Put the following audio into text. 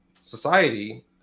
society